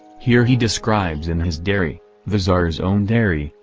here he describes in his dairy, the tsar's own dairy,